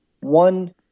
one